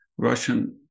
Russian